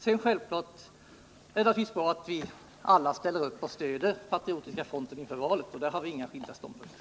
Sedan är det naturligtvis bra att vi alla ställer upp och stöder Patriotiska fronten inför valet, och där har vi inga skilda ståndpunkter.